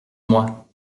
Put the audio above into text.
moi